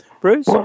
Bruce